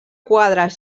quadres